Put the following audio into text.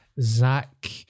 Zach